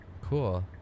Cool